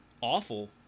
awful